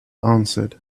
answered